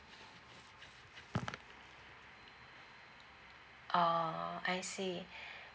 oh I see